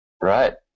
Right